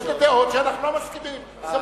יש דעות שאנחנו לא מסכימים בהן,